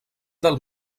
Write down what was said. del